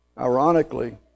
Ironically